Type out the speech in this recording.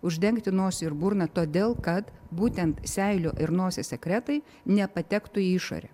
uždengti nosį ir burną todėl kad būtent seilių ir nosies sekretai nepatektų į išorę